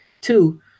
Two